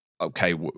okay